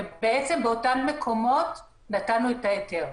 ובאותם מקומות נתנו את ההיתר.